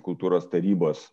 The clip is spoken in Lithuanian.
kultūros tarybos